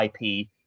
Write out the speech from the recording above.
IP